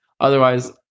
otherwise